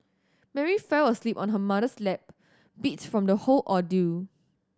Mary fell asleep on her mother's lap beat from the whole ordeal